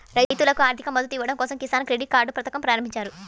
రైతులకు ఆర్థిక మద్దతు ఇవ్వడం కోసం కిసాన్ క్రెడిట్ కార్డ్ పథకం ప్రారంభించారు